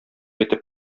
итеп